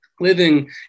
living